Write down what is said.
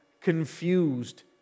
confused